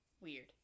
weird